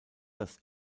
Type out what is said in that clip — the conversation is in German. das